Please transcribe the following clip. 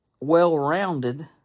well-rounded